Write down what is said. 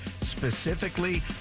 specifically